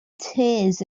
tears